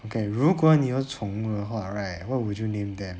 okay 如果你有宠物的话 right what would you name them